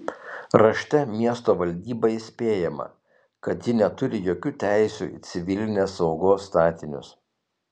rašte miesto valdyba įspėjama kad ji neturi jokių teisių į civilinės saugos statinius